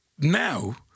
now